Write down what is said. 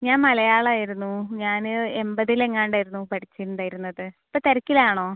ഞാൻ മലയാളം ആയിരുന്നു ഞാൻ എൺപതിലെങ്ങാണ്ടായിരുന്നു പഠിച്ചിട്ടുണ്ടായിരുന്നത് ഇപ്പോൾ തിരക്കിലാണോ